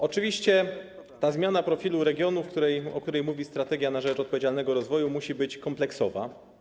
Oczywiście ta zmiana profilu regionów, o której mówi „Strategia na rzecz odpowiedzialnego rozwoju”, musi być kompleksowa.